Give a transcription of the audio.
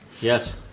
Yes